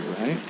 right